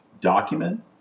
document